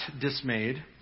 dismayed